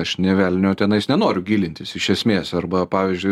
aš nė velnio tenais nenoriu gilintis iš esmės arba pavyzdžiui